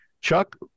chuck